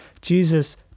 Jesus